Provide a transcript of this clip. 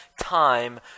time